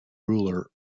ruler